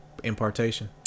Impartation